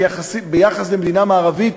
יחסית למדינה מערבית,